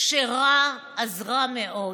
כשרע אז רע מאוד.